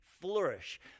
flourish